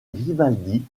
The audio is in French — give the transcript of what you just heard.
grimaldi